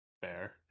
fair